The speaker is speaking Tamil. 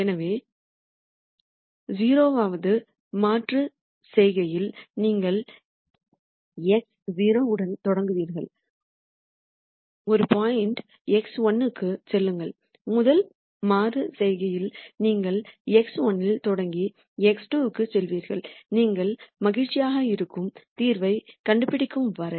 எனவே 0 வது மறு செய்கையில் நீங்கள் x0 உடன் தொடங்குவீர்கள் ஒரு பாயிண்ட் x1 க்குச் செல்லுங்கள் முதல் மறு செய்கையில் நீங்கள் x1 இல் தொடங்கி x2 க்குச் செல்வீர்கள் நீங்கள் மகிழ்ச்சியாக இருக்கும் தீர்வைக் கண்டுபிடிக்கும் வரை